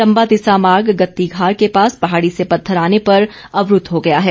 चम्बा तिस्सा मार्ग गत्तीघार के पास पहाड़ी से पत्थर आने पर अवरूद्व हो गया है